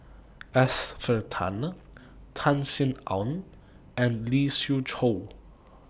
Esther Tan Tan Sin Aun and Lee Siew Choh